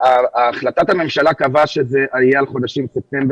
החלטת הממשלה קבעה שזה כרגע יחול על חודשים ספטמבר